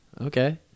Okay